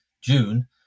June